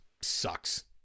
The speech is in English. sucks